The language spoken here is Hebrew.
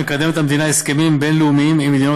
המדינה מקדמת הסכמים בין-לאומיים עם מדינות